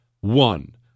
One